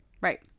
Right